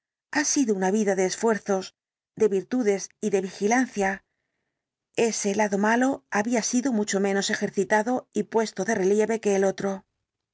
ha sido una vida de esfuerzos de virtudes y de vigilancia ese lado malo había sido mucho menos ejercitado y puesto de relieve que el otro